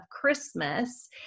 Christmas